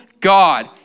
God